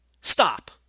Stop